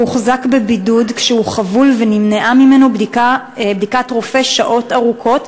הוא הוחזק בבידוד כשהוא חבול ונמנעה ממנו בדיקת רופא שעות ארוכות,